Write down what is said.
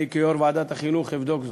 כיושב-ראש ועדת החינוך אבדוק זאת,